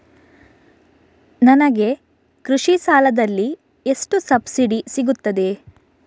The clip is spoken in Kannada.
ನನಗೆ ಕೃಷಿ ಸಾಲದಲ್ಲಿ ಎಷ್ಟು ಸಬ್ಸಿಡಿ ಸೀಗುತ್ತದೆ?